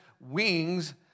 wings